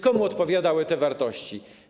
Komu odpowiadały te wartości?